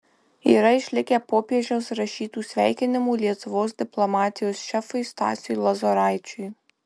yra išlikę popiežiaus rašytų sveikinimų lietuvos diplomatijos šefui stasiui lozoraičiui